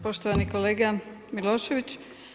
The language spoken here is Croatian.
Poštovani kolega Milošević.